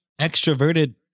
extroverted